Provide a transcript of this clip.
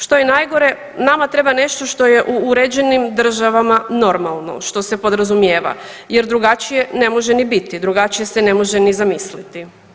Što je najgore nama treba nešto što je u uređenim državama normalno što se podrazumijeva, jer drugačije ne može ni biti, drugačije se ne može ni zamisliti.